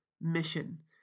mission